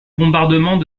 bombardement